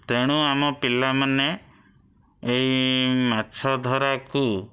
ତେଣୁ ଆମ ପିଲାମାନେ ଏହି ମାଛ ଧରାକୁ